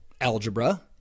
algebra